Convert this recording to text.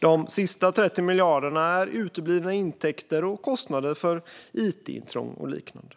De sista 30 miljarderna är uteblivna intäkter och kostnader för it-intrång och liknande.